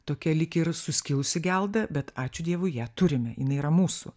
tokia lyg ir suskilusi gelda bet ačiū dievui ją turime jinai yra mūsų